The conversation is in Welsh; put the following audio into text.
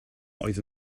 oedd